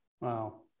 Wow